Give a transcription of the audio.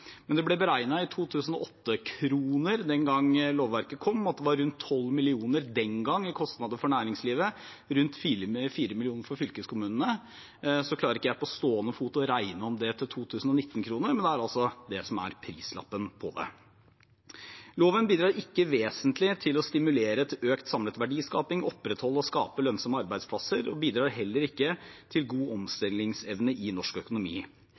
at det var rundt 12 mill. kr i kostnader for næringslivet og rundt 4 mill. kr for fylkeskommunene. Jeg klarer ikke på stående fot å regne om dette til 2019-kroner, men det er altså det som er prislappen for det. Loven bidrar ikke vesentlig til å stimulere til økt samlet verdiskaping og opprettholde og skape lønnsomme arbeidsplasser, og den bidrar heller ikke til god omstillingsevne i norsk økonomi.